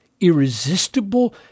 irresistible